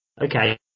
Okay